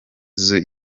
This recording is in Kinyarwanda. jean